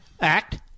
Act